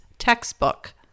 textbook